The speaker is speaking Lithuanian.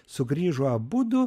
sugrįžo abudu